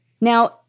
Now